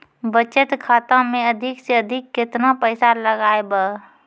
बचत खाता मे अधिक से अधिक केतना पैसा लगाय ब?